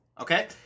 okay